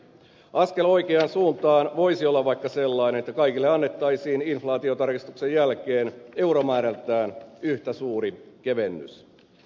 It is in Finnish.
askel oikeaan suuntaan voisi olla vaikka sellainen että kaikille annettaisiin inflaatiotarkistuksen jälkeen euromäärältään yhtä suuri kevennys